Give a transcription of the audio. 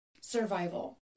survival